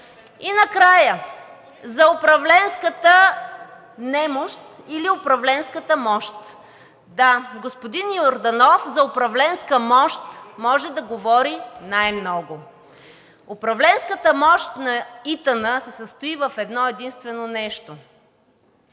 И накрая за управленската немощ или управленската мощ. Да, господин Йорданов за управленска мощ може да говори най-много. Управленската мощ на ИТН се състои в едно-единствено нещо: